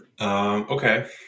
Okay